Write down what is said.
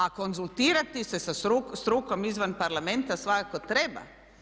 A konzultirati se sa strukom izvan Parlamenta svakako treba.